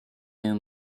new